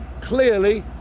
clearly